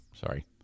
sorry